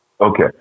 Okay